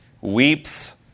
weeps